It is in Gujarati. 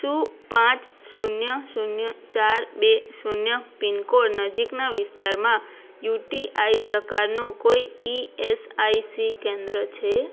શું પાંચ શૂન્ય શૂન્ય ચાર બે શૂન્ય પિન કોડ નજીકના વિસ્તારમાં યુટીઆઈ પ્રકારનું કોઈ ઇએસઆઇસી કેન્દ્ર છે